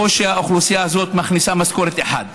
האוכלוסייה הזאת בקושי מכניסה משכורת אחת.